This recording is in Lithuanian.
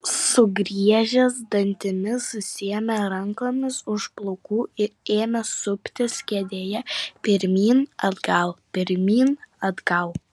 sugriežęs dantimis susiėmė rankomis už plaukų ir ėmė suptis kėdėje pirmyn atgal pirmyn atgal